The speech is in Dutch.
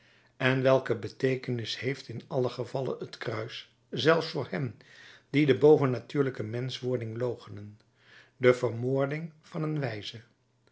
en welke beteekenis heeft in allen gevalle het kruis zelfs voor hen die de bovennatuurlijke menschwording loochenen de vermoording van een wijze